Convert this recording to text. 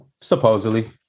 Supposedly